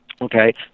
Okay